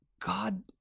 God